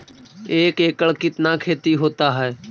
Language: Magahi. एक एकड़ कितना खेति होता है?